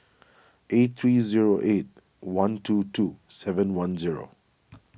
eight three zero eight one two two seven one zero